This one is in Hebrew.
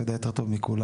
אתה יודע יותר טוב מכולם.